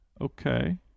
Okay